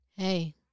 Hey